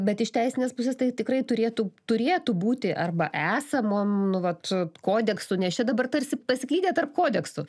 bet iš teisinės pusės tai tikrai turėtų turėtų būti arba esamom nu vat kodeksu nes čia dabar tarsi pasiklydę tarp kodeksų